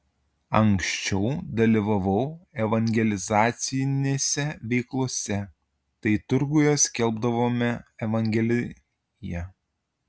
anksčiau dalyvavau evangelizacinėse veiklose tai turguje skelbdavome evangeliją